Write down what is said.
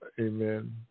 Amen